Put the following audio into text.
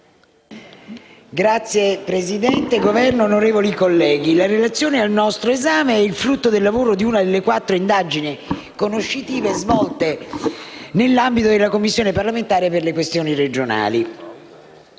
Signor Presidente, onorevoli colleghi, la relazione al nostro esame è il frutto del lavoro di una delle quattro indagini conoscitive svolte nell'ambito della Commissione parlamentare per le questioni regionali.